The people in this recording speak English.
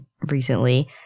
recently